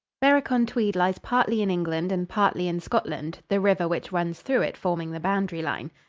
berwick-on-tweed lies partly in england and partly in scotland, the river which runs through it forming the boundary line.